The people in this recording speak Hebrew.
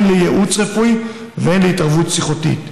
הן לייעוץ רפואי והן להתערבות שיחתית,